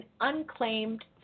unclaimed